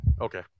Okay